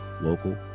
local